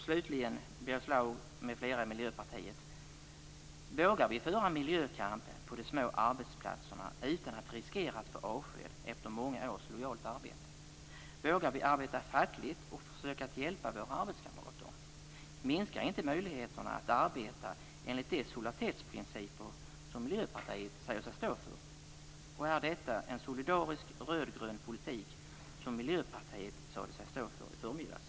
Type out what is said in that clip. Slutligen Birger Schlaug m.fl. i Miljöpartiet, vågar vi föra miljökampen på de små arbetsplatserna utan att riskera att få avsked efter många års lojalt arbete? Vågar vi arbeta fackligt och försöka att hjälpa våra arbetskamrater? Minskar inte möjligheterna att arbeta enligt de solidaritetsprinciper som Miljöpartiet säger sig stå för? Är detta den solidariska rödgröna politik som Miljöpartiet sade sig stå för i förmiddags?